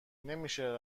نمیشه